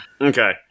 Okay